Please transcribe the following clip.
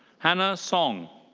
hannah song.